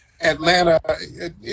Atlanta